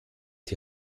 die